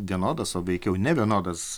vienodas o veikiau nevienodas